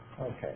Okay